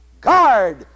Guard